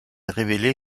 révélé